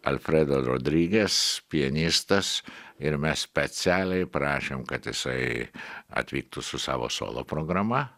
alfredo rodriges pianistas ir mes specialiai prašėm kad jisai atvyktų su savo solo programa